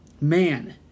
man